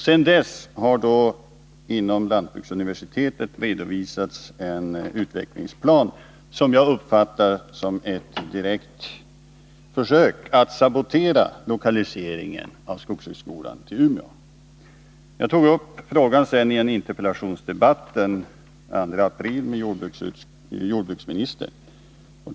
Sedan dess har inom lantbruksuniversitetet redovisats en utvecklingsplan som jag uppfattar som ett direkt försök att sabotera lokaliseringen av skogshögskolan till Umeå. Jag tog sedan upp frågan i en interpellationsdebatt med jordbruksministern den 2 april.